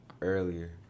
earlier